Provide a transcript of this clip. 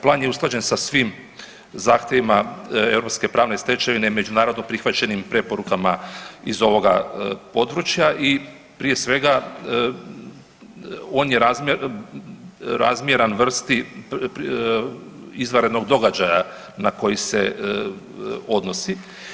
Plan je usklađen sa svim zahtjevima europske pravne stečevine međunarodno prihvaćenim preporukama iz ovoga područja i prije svega on je razmjeran vrsti izvanrednog događaja na koji se odnosi.